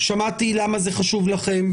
שמעתי למה זה חשוב לכם,